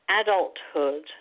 adulthood